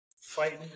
fighting